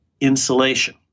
insulation